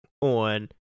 on